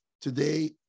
Today